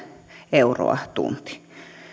euroa tunti